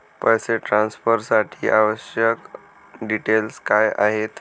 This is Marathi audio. पैसे ट्रान्सफरसाठी आवश्यक डिटेल्स काय आहेत?